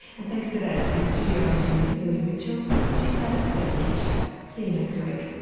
and thanks today to studio engineer louis mitchell and producer david fisher. see you next week